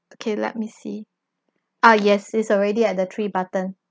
okay let me see ah yes it's already at the three button